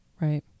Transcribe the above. Right